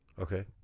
Okay